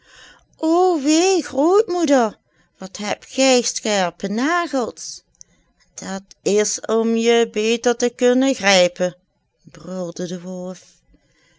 wee grootmoeder wat hebt gij scherpe nagels dat is om je te beter te kunnen grijpen brulde de